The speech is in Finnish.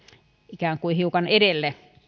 ikään kuin hiukan edelle edelläkävijäksi